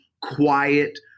quiet